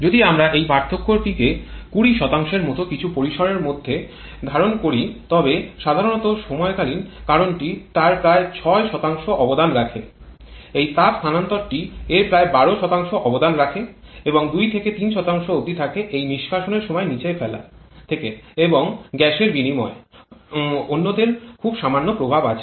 যদি আমরা এই পার্থক্যটিকে ২০ এর মতো কিছু পরিসরের মধ্যে ধারণ করি তবে সাধারণত সময়কালীন কারণটি তার প্রায় ৬ অবদান রাখে এই তাপ স্থানান্তরটি এর প্রায় ১২ অবদান রাখে এবং ২ থেকে ৩ অবধি থাকে এই নিষ্কাশনের সময় নিচে ফেলা থেকে এবং গ্যাসের বিনিময় অন্যদের খুব সামান্য প্রভাব আছে